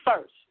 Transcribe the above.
first